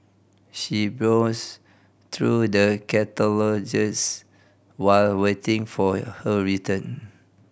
she browsed through the catalogues while waiting for her turn